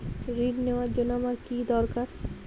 ঋণ নেওয়ার জন্য আমার কী দরকার?